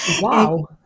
Wow